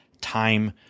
time